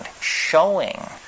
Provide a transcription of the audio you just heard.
Showing